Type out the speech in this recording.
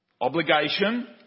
obligation